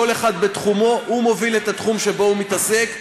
כל אחד בתחומו מוביל את התחום שבו הוא מתעסק.